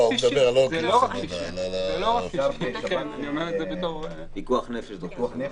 זה פיקוח נפש.